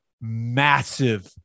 massive